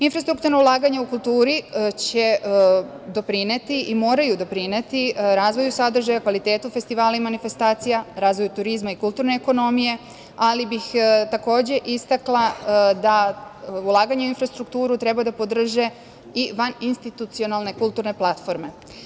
Infrastrukturna ulaganja u kulturi će doprineti i moraju doprineti razvoju sadržaja, kvalitetu festivala i manifestacija, razvoju turizma i kulturne ekonomije, ali bih takođe istakla da ulaganje u infrastrukturu treba da podrže i vaninstitucionalne kulturne platforme.